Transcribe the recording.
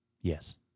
Yes